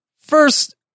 First